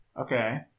Okay